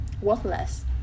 worthless